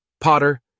Potter